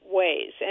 ways